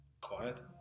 quiet